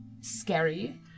scary